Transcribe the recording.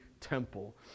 temple